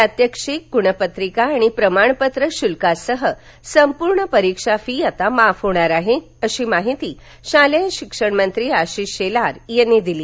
प्रात्यक्षिक गुणपत्रिका आणि प्रमाणपत्र शुल्कासह संपूर्ण परीक्षा फी आता माफ होणार आहे अशी माहिती शालेय शिक्षण मंत्री आशिष शेलार यांनी दिली